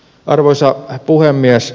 arvoisa puhemies